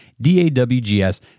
D-A-W-G-S